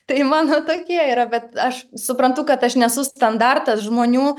tai mano tokie yra bet aš suprantu kad aš nesu standartas žmonių